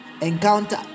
Encounter